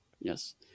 Yes